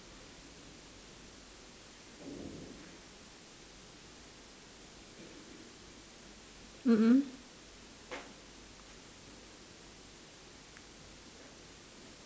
mm mm